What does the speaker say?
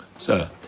Sir